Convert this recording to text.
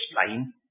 explain